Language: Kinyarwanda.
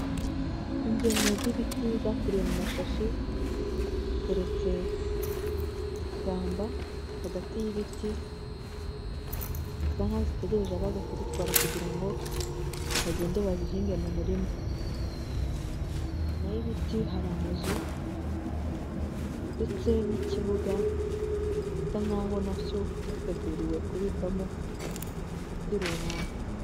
Ingemwe z'ibiti zakuriye mu mashashi, ziteretse mu ishyamba hagati y'ibiti, bisa nkaho zitegereje nkaho abaza kuzitwara kugira ngo bagende bazihinge mu murima. Inyuma y'ibiti hari amazu ndetse n'ikibuga, bisa nkaho na cyo cyateguriwe kubikwamo ibiti runaka.